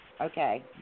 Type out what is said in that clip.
Okay